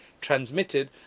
transmitted